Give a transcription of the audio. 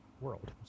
world